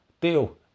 Deal